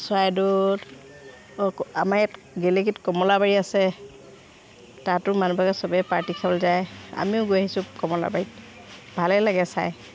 চৰাইদেউত অঁ আমাৰ ইয়াত গেলেকীত কমলাবাৰী আছে তাতো মানুহবিলাকে চবেই পাৰ্টি খাবলৈ যায় আমিও গৈ আহিছোঁ কমলাবাৰীত ভালেই লাগে চাই